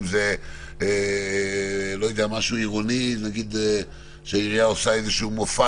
אם זה משהו עירוני או שהעירייה עושה מופע